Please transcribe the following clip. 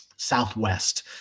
Southwest